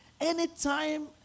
anytime